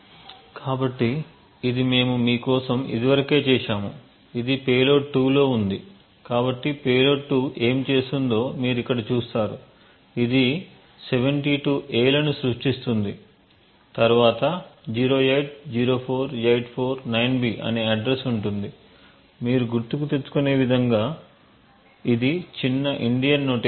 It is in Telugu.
కాబట్టి ఇది మేము మీ కోసం ఇదివరకే చేసాము ఇది payload 2 లో ఉంది కాబట్టి payload 2 ఏమి చేస్తుందో మీరు ఇక్కడ చూస్తారు ఇది 72 A లను సృష్టిస్తుంది తరువాత 0804849B అనే అడ్రస్ ఉంటుంది మీరు గుర్తుకు తెచ్చుకునే విధంగా ఇది చిన్న ఇండియన్ నొటేషన్